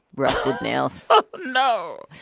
rusted nails no.